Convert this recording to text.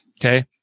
Okay